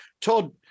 Todd